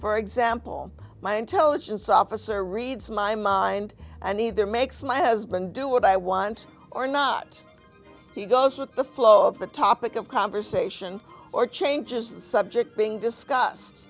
for example my intelligence officer reads my mind and either makes my husband do what i want or not he goes with the flow of the topic of conversation or changes the subject being discussed